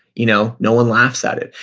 you know no one laughs at it.